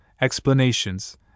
explanations